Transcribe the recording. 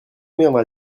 viendra